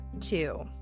two